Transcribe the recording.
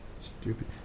stupid